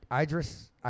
Idris